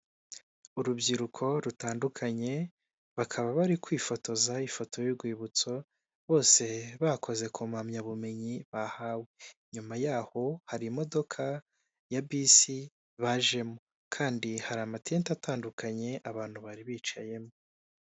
Urubyiruko rutandukanye bakaba bari kwifotoza ifoto y'urwibutso, bose bakoze ku mpamyabumenyi bahawe, nyuma yaho hari imodoka ya bisi bajemo, kandi hari amantete atandukanye abantu bari bicayemo.